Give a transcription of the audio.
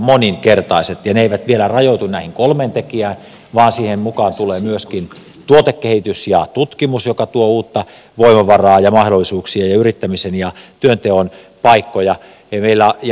ne eivät vielä rajoitu näihin kolmeen tekijään vaan siihen mukaan tulee myöskin tuotekehitys ja tutkimus joka tuo uutta voimavaraa ja mahdollisuuksia ja yrittämisen ja työnteon paikkoja ja ilmastovaikutukset